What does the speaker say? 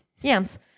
Yams